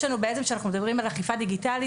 יש לנו בעצם כשאנחנו מדברים על אכיפה דיגיטלית,